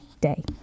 day